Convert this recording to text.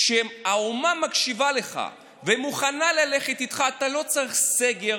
כשהאומה מקשיבה לך ומוכנה ללכת איתך אתה לא צריך סגר,